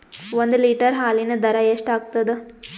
ಒಂದ್ ಲೀಟರ್ ಹಾಲಿನ ದರ ಎಷ್ಟ್ ಆಗತದ?